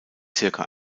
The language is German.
zirka